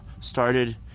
started